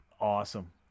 awesome